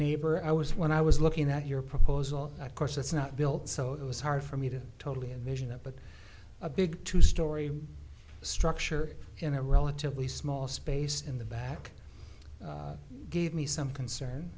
neighbor i was when i was looking at your proposal of course it's not built so it was hard for me to totally envision that but a big two story structure in a relatively small space in the back gave me some concern